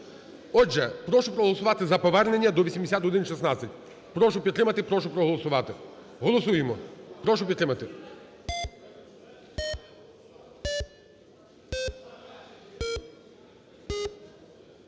Отже, прошу проголосувати за повернення до 8116. Прошу підтримати. Прошу проголосувати. Голосуємо. Прошу підтримати.